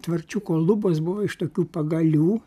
tvarčiuko lubos buvo iš tokių pagalių